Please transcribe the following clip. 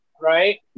Right